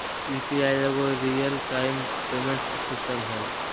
UPI एगो real time payment system हइ